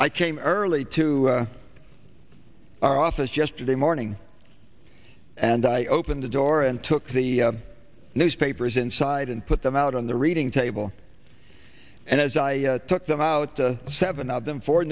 i came early to our office yesterday morning and i opened the door and took the newspapers inside and put them out on the reading table and as i took them out seven of them for